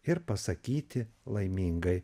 ir pasakyti laimingai